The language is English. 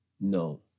no